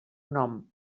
nom